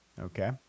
okay